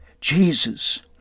Jesus